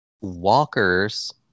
walkers